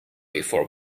before